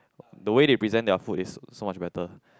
the way they present their food is so much better